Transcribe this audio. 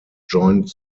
joined